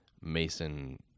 Mason